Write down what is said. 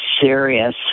serious